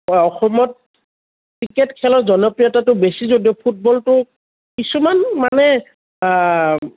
অসমত ক্ৰিকেট খেলৰ জনপ্ৰিয়তাটো বেছি যদিও ফুটবলটো কিছুমান মানে